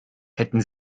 hätten